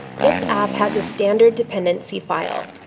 this app has a standard dependency file.